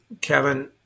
Kevin